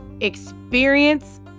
experience